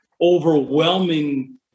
overwhelming